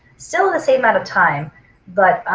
still in the same amount of time but